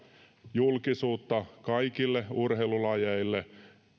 julkisuutta kaikille urheilulajeille